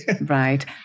Right